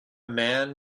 man